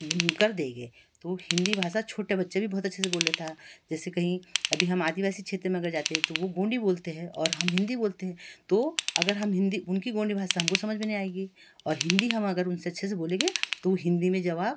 कर देंगे तो हिंदी भाषा छोटा बच्चे भी बहुत अच्छे से बोल लेता है जैसे कहीं अभी हम आदिवासी क्षेत्र में अगर जाते हैं तो वो गोंडी बोलते हैं और हम हिंदी बोलते हैं तो अगर हम हिंदी उनकी गोंडी भाषा हमको समझ में नहीं आएगी और हिंदी हम अगर उनसे अच्छे से बोलेंगे तो वो हिंदी में जवाब